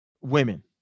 women